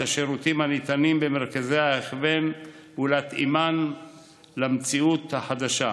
השירותים הניתנים במרכזי ההכוון ולהתאימם למציאות החדשה,